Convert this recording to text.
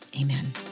amen